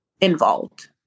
involved